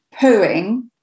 pooing